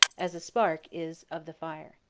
as a spark is of the fire.